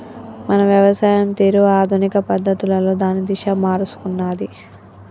మన వ్యవసాయం తీరు ఆధునిక పద్ధతులలో దాని దిశ మారుసుకున్నాది